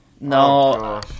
No